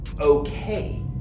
okay